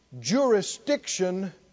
jurisdiction